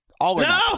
No